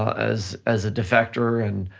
as as a defector and